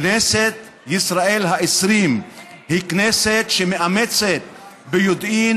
כנסת ישראל ה-20 היא כנסת שמאמצת ביודעין